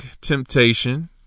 temptation